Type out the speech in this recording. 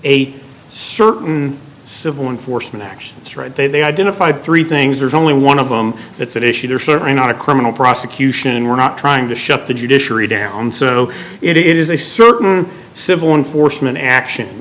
a certain civil enforcement actions right they identified three things there's only one of them that's at issue they're certainly not a criminal prosecution we're not trying to shut the judiciary down so no it is a certain civil enforcement action